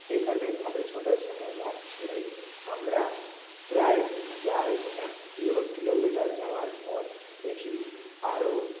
সেখানে সাড়ে ছটার সময় বাস ছেড়ে আমরা প্রায় যাই এক কিলোমিটার যাওয়ার পর দেখি আরো